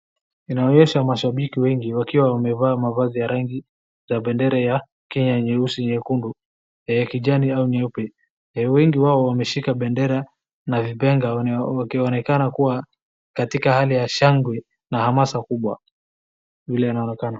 Inaonyesha mashambiki wengi wakiwa wamevaa mavazi ya rangi za bendera ya Kenya, nyeusi, nyekundu na ya kijani au nyeupe. Wengi wao wameshika bendera na vipenga wakionekana kuwa katika hali ya shangwe na hamasa kubwa, vile inaonekana.